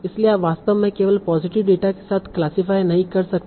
इसलिए आप वास्तव में केवल पॉजिटिव डेटा के साथ क्लासीफ़ाय नहीं कर सकते